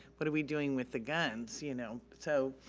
what are we doing with the guns, you know? so,